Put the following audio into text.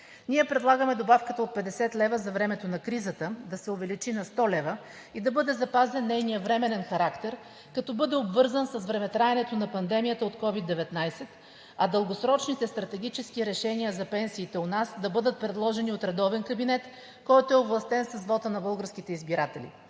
Ние предлагаме добавката от 50 лв. за времето на кризата да се увеличи на 100 лв. и да бъде запазен нейният временен характер, като бъде обвързан с времетраенето на пандемията от COVID-19, а дългосрочните стратегически решения за пенсиите у нас да бъдат предложени от редовен кабинет, който е овластен с вота на българските избиратели.